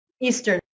Eastern